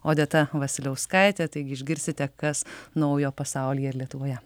odeta vasiliauskaitė taigi išgirsite kas naujo pasaulyje ir lietuvoje